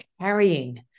carrying